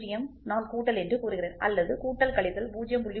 0 நான் கூட்டல் என்று கூறுகிறேன் அல்லது கூட்டல் கழித்தல் 0